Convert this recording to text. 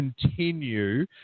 continue